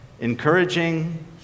encouraging